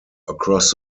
across